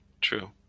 true